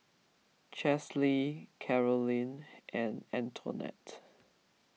Chesley Carolin and Antonette